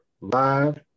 live